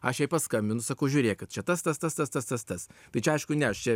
aš jai paskambinu sakau žiūrėkit čia tas tas tas tas tas tai aišku ne aš čia